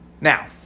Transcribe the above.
Now